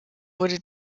wurde